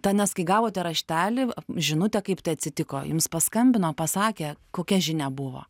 tą nes kai gavote raštelį žinutę kaip tai atsitiko jums paskambino pasakė kokia žinia buvo